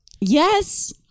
Yes